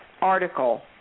article